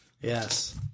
Yes